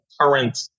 current